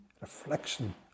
reflection